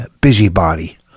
Busybody